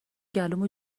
گلومو